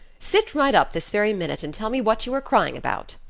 sit right up this very minute and tell me what you are crying about.